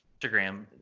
Instagram